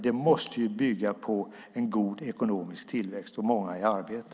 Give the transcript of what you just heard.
Det måste bygga på en god ekonomisk tillväxt och många i arbete.